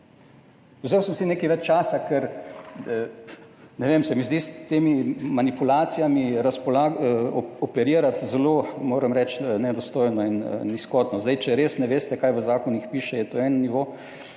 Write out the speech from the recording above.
Vzel sem si nekaj več časa, ker ne vem, se mi zdi s temi manipulacijami operirati zelo, moram reči, nedostojno in nizkotno. Zdaj, če res ne veste kaj v zakonih piše, je to en nivo,